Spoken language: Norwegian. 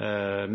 vi hadde